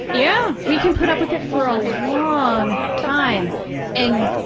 yeah. we can put up with it for a long time and,